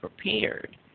prepared